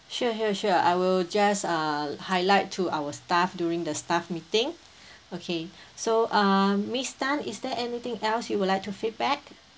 sure sure sure I will just uh highlight to our staff during the staff meeting okay so uh miss tan is there anything else you would like to feedback